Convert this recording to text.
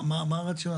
מה הרציונל?